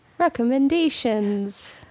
Recommendations